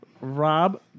Rob